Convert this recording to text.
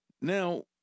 Now